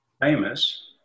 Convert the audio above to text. famous